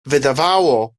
wydawało